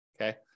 okay